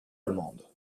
allemandes